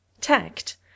Tact